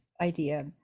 idea